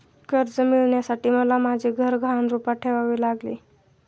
कर्ज मिळवण्यासाठी मला माझे घर गहाण रूपात ठेवावे लागले